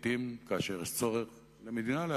כאשר למדינה יש צורך להגיב.